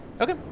Okay